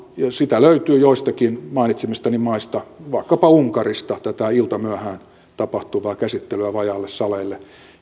ja sitä löytyy joistakin mainitsemistani maista vaikkapa unkarista tätä iltamyöhään tapahtuvaa käsittelyä vajaille saleille